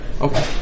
Okay